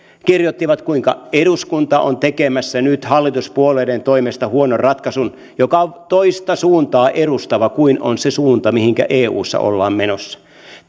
kirjoittivat kuinka eduskunta on tekemässä nyt hallituspuolueiden toimesta huonon ratkaisun joka on toista suuntaa edustava kuin on se suunta mihinkä eussa ollaan menossa